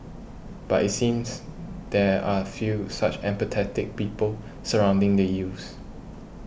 but it seems there are few such empathetic people surrounding the youths